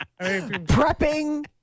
prepping